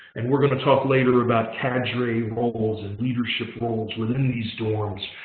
and we're going to talk later about cadre roles and leadership roles within these dorms.